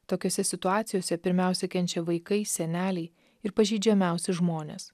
tokiose situacijose pirmiausia kenčia vaikai seneliai ir pažeidžiamiausi žmonės